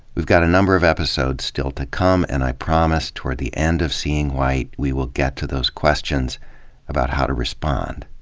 we've got a number of episodes still to come and i promise, toward the end of seeing white, we will get to those questions about how to respond,